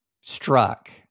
struck